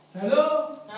Hello